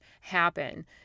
happen